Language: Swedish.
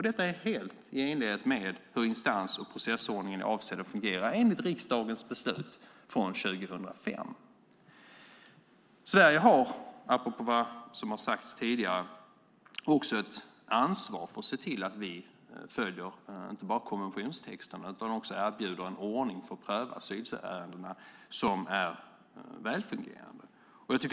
Det är helt i enlighet med hur instans och processordningen är avsedd att fungera enligt riksdagens beslut från 2005. Sverige har också ett ansvar att se till att vi inte bara följer konventionstexten utan också erbjuder en välfungerande ordning för att pröva asylärendena.